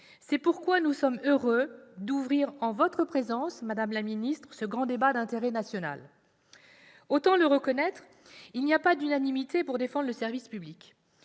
C'est pourquoi nous sommes heureux d'ouvrir aujourd'hui, en votre présence, madame la ministre, ce grand débat d'intérêt national. Autant le reconnaître, il n'y a pas d'unanimité pour défendre le service public